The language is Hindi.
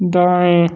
दाएँ